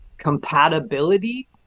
Compatibility